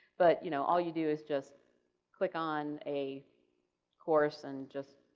but you know all you do is just click on a course and just